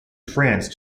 france